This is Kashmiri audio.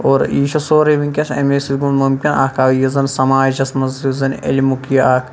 اور یہِ چھُ سوروے وٕنکٮ۪س امے سۭتۍ گوٚو مُمکِن اکھ آو یہِ زَن سَماجَس مَنٛز یُس زَن علمُک یہِ اکھ